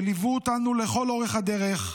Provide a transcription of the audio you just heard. שליוו אותנו לכל אורך הדרך,